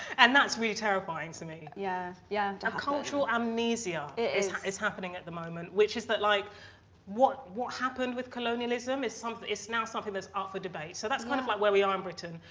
and that's really terrifying to me. yeah. yeah a cultural amnesia is is happening at the moment, which is that like what what happened with colonialism is something it's now something that's off a debate so that's one of my where we are in britain.